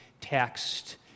text